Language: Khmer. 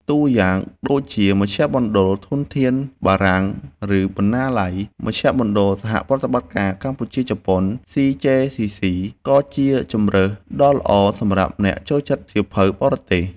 តួយ៉ាងដូច មជ្ឈមណ្ឌលធនធានបារាំង ឬបណ្ណាល័យ មជ្ឈមណ្ឌលសហប្រតិបត្តិការកម្ពុជា-ជប៉ុន CJCC ក៏ជាជម្រើសដ៏ល្អសម្រាប់អ្នកចូលចិត្តសៀវភៅភាសាបរទេស។